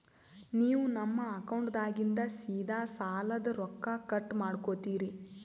ನೀವು ನಮ್ಮ ಅಕೌಂಟದಾಗಿಂದ ಸೀದಾ ಸಾಲದ ರೊಕ್ಕ ಕಟ್ ಮಾಡ್ಕೋತೀರಿ?